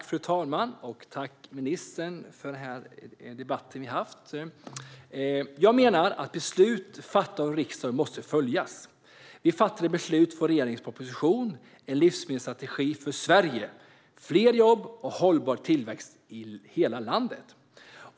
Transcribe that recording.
Fru talman! Tack, ministern, för debatten! Jag menar att beslut fattade av riksdagen måste följas. Vi fattade beslut om regeringens proposition En livsmedelsstrategi för Sverige - fler jobb och hållbar tillväxt i hela landet .